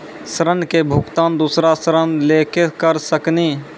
ऋण के भुगतान दूसरा ऋण लेके करऽ सकनी?